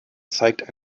zeigt